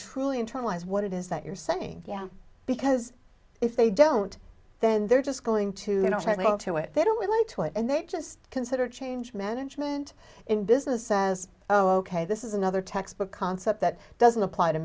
truly internalize what it is that you're saying yeah because if they don't then they're just going to you know trying to it they don't like to it and they just consider change management in business says oh ok this is another textbook concept that doesn't apply to